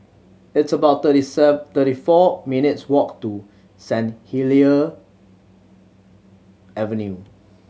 it's about thirty thirty four minutes' walk to Saint Helier Avenue